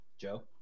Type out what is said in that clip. Joe